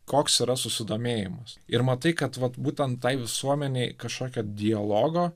koks yra susidomėjimas ir matai kad vat būtent tai visuomenei kažkokio dialogo